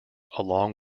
along